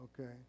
okay